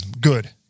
Good